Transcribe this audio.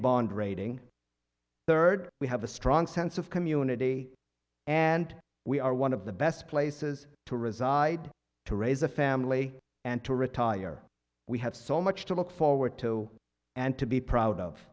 bond rating third we have a strong sense of community and we are one of the best places to reside to raise a family and to retire we have so much to look forward to and to be proud of